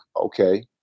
okay